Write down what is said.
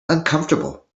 uncomfortable